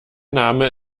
name